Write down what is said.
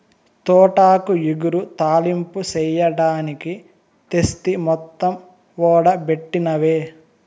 తోటాకు ఇగురు, తాలింపు చెయ్యడానికి తెస్తి మొత్తం ఓడబెట్టినవే